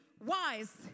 Wise